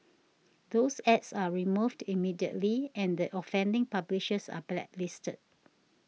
those ads are removed immediately and the offending publishers are blacklisted